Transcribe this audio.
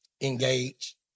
engage